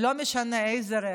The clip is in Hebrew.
ולא משנה איזה רכב,